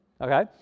Okay